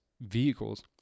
vehicles